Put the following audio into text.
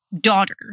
daughter